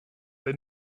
they